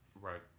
Right